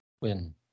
win